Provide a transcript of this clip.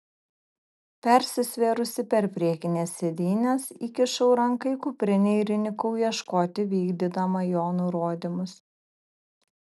persisvėrusi per priekines sėdynes įkišau ranką į kuprinę ir įnikau ieškoti vykdydama jo nurodymus